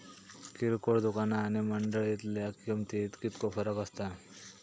किरकोळ दुकाना आणि मंडळीतल्या किमतीत कितको फरक असता?